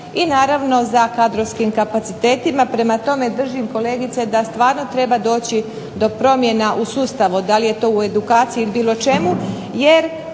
i naravno za kadrovskim kapacitetima. Prema tome, držim kolegice da stvarno treba doći do promjena u sustavu, da li je to u edukaciji ili bilo čemu. Jer